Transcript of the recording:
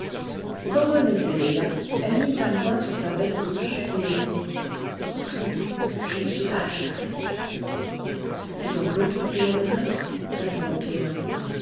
quand rené s'éveilla elle mit un doigt sur sa belle bouche et lui dit on nous écoute je ne suis pas la maîtresse ici c'est donc l'autre qui est la maîtresse interrompe rené